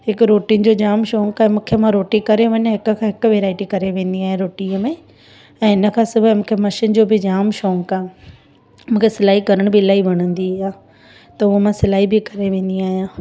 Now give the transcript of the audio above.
हिक रोटिनि जो जाम शौंक़ु आहे मूंखे मां रोटी करे वञां हिक खां हिकु वैराइटी करे वेंदी आहियां रोटीअ में ऐं हिनखां सवाइ मूंखे मशीन जो बि जाम शौंक़ु आहे मूंखे सिलाई करण बि इलाही वणंदी आहे त उहो मां सिलाई बि करे वेंदी आहियां